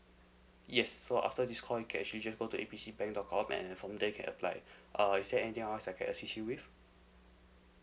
yes so after this call you can actually just go to A B C bank dot com and from there you can applied uh is there anything else I can assist you with